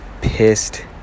pissed